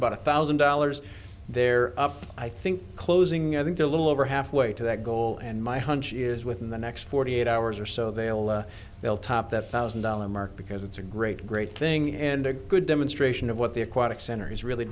about one thousand dollars there i think closing i think a little over halfway to that goal and my hunch is within the next forty eight hours or so they'll they'll top that thousand dollar mark because it's a great great thing and a good demonstration of what the aquatic center is really